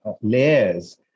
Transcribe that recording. layers